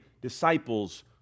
disciples